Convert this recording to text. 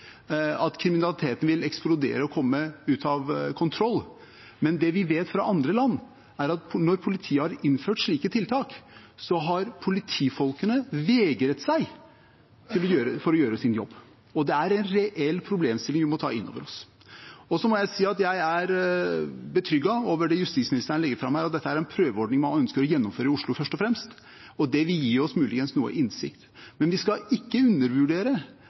at kriminaliteten vil eksplodere og komme ut av kontroll, men det vi vet fra andre land, er at når politiet har innført slike tiltak, har politifolkene vegret seg for å gjøre sin jobb. Det er en reell problemstilling vi må ta inn over oss. Jeg må si jeg er betrygget over det justisministeren legger fram her, og dette er en prøveordning man ønsker å gjennomføre først og fremst i Oslo. Den vil muligens gi oss noe innsikt, men vi skal ikke undervurdere